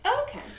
Okay